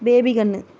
பேபிகண்ணு